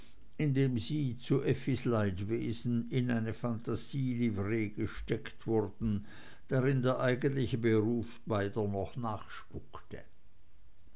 indem sie zu effis leidwesen in eine phantasielivree gesteckt wurden darin der eigentliche beruf beider noch nachspukte